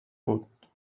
بود